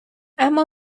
اما